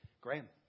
Graham